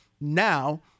now